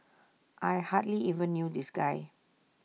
I hardly even knew this guy